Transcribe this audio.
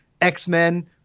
X-Men